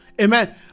amen